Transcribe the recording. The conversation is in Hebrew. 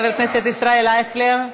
חבר הכנסת ישראל אייכלר,